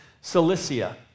Cilicia